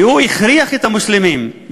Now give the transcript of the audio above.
והוא הכריח את המוסלמים,